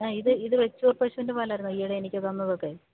ആ ഇത് ഇത് വെച്ചൂർ പശുവിൻ്റെ പാലായിരുന്നോ ഈയിടെ എനിക്ക് തന്നതൊക്കെ